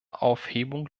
aufhebung